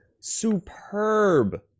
superb